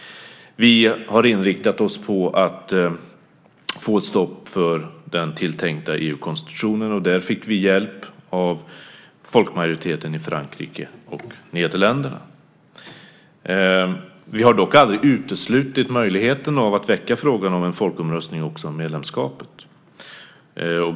Vi har inriktat oss på att få ett stopp för den tilltänkta EU-konstitutionen, och där fick vi hjälp av folkmajoriteten i Frankrike och Nederländerna. Vi har dock aldrig uteslutit möjligheten att väcka frågan om en folkomröstning också om medlemskapet.